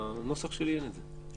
בנוסח שלי אין את זה.